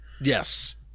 Yes